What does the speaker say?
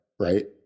Right